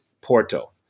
Porto